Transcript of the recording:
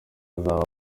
azaba